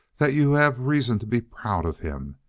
that you have reason to be proud of him.